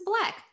Black